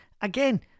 Again